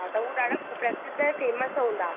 हा त हू ॾाढा प्रसिद्ध ऐं फेम्स हूंदा